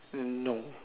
no